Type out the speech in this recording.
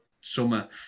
summer